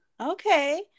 okay